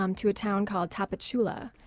um to a town called tapachula.